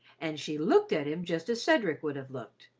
and she looked at him just as cedric would have looked,